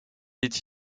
est